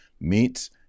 meets